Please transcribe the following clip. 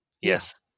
yes